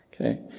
Okay